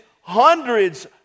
hundreds